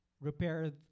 repair